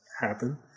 happen